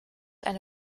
eine